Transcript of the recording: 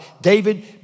David